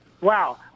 Wow